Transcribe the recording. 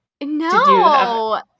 No